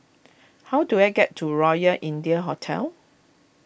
how do I get to Royal India Hotel